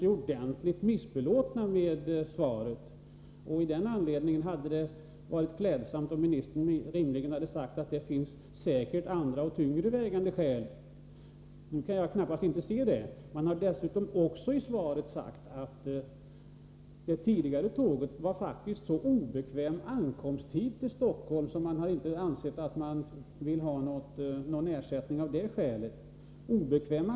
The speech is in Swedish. I förordningen om statlig trafikflygarutbildning undantas inte någon kategori av behöriga sökande från rätt till utbildningen. Till de 15 platserna i trafikflygarutbildningen sökte 900, bl.a. 43 flygvapenanställda piloter, vilka alla uppfyller behörighetskraven. Samtliga fick sina ansökningar i retur med beskedet att de inte kunde bli aktuella för prövning till trafikflygarskolan.